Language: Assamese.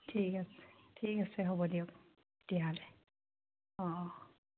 ঠিক আছে ঠিক আছে হ'ব দিয়ক তেতিয়াহ'লে অঁ অঁ